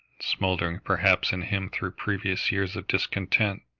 smouldering perhaps in him through previous years of discontent,